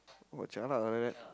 !wah! jialat ah like that